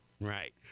Right